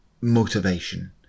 motivation